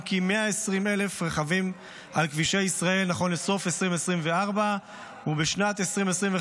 עם כ-120,000 רכבים על כבישי ישראל נכון לסוף 2024. בשנת 2025,